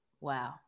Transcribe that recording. wow